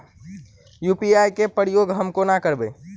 UPI केँ प्रयोग हम कोना करबे?